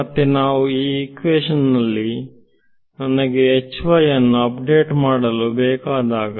ಮತ್ತೆ ನಾವು ಈ ಇಕ್ವೇಶನ್ ನಲ್ಲಿ ನನಗೆ ಅನ್ನು ಅಪ್ಡೇಟ್ ಮಾಡಲು ಬೇಕಾದಾಗ